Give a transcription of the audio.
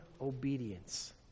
obedience